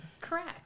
Correct